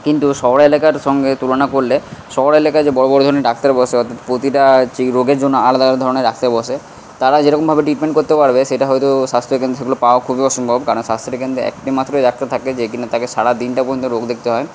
কিন্তু শহর এলাকার সঙ্গে তুলনা করলে শহর এলাকায় যে বড় বড় ধরনের ডাক্তার বসে অর্থাৎ প্রতিটা রোগের জন্য আলাদা আলাদা ধরনের ডাক্তার বসে তারা যেরকমভাবে ট্রিটমেন্ট করতে পারবে সেটা হয়তো স্বাস্থ্যকেন্দ্রগুলোয় পাওয়া খুবই অসম্ভব কারণ স্বাস্থ্যকেন্দ্রে একটি মাত্রই ডাক্তার থাকে যে কিনা তাকে সারা দিনটা পর্যন্ত রোগ দেখতে হয়